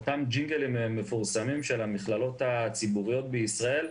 אותם ג'יגלים מפורסמים של המכללות הציבוריות בישראל,